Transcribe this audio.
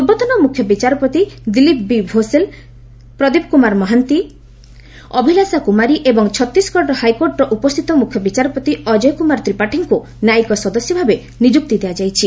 ପୂର୍ବତନ ମୁଖ୍ୟ ବିଚାରପତି ଦିଲୀପ ବି ଭୋଷ୍ଲେ ପ୍ରଦୀପ କ୍ରମାର ମହାନ୍ତି ଅଭିଳାଷା କ୍ରମାରୀ ଏବଂ ଛତିଶଗଡ଼ ହାଇକୋର୍ଟର ଉପସ୍ଥିତ ମୁଖ୍ୟ ବିଚାରପତି ଅଜୟ କୁମାର ତ୍ରିପାଠୀଙ୍କୁ ନ୍ୟାୟିକ ସଦସ୍ୟ ଭାବେ ନିଯୁକ୍ତି ଦିଆଯାଇଛି